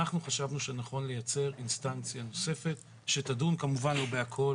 אנחנו חשבנו שנכון לייצר אינסטנציה נוספת שתדון כמובן לא בהכול.